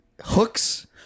hooks